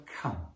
come